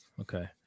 okay